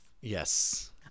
Yes